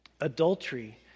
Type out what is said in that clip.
Adultery